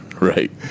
Right